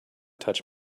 touch